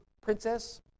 princess